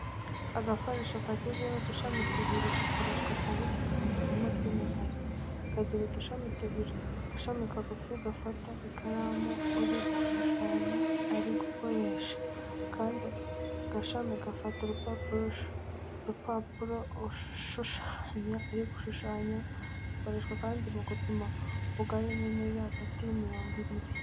Agakoresho kagizwe n'udushami tubiri gakoreshwa cyane cyane mu isomo ry'imibare. Kagira udushami tubiri, agashami kagufi gafata ikaramu uri gushushanya ari gukoresha, akandi gashami kagafata urupapuro ushushanya ari gushushanyaho. Gakoreshwa kandi mu gupima ubugari n'intera iri hagati y'imirongo ibiri.